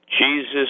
Jesus